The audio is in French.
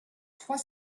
trois